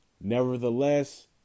Nevertheless